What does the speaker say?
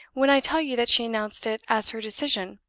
when i tell you that she announced it as her decision,